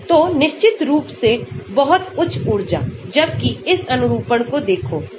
तो निश्चित रूप से बहुत उच्च ऊर्जा जबकि इस अनुरूपण को देखो 209